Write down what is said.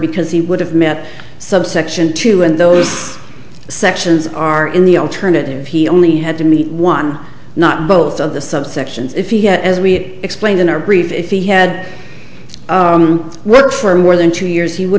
because he would have met subsection two and those sections are in the alternative he only had to meet one not both of the subsections if he had as we explained in our brief if he had worked for more than two years he would